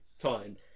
time